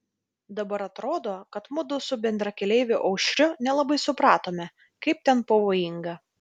dabar atrodo kad mudu su bendrakeleiviu aušriu nelabai supratome kaip ten pavojinga